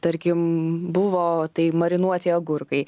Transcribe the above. tarkim buvo tai marinuoti agurkai